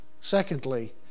Secondly